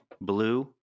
Blue